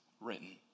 written